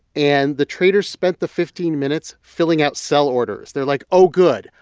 and the traders spent the fifteen minutes filling out sell orders. they're like, oh good.